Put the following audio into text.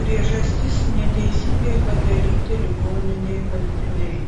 priežastis neteisingai padalyti ligoninei baltiniai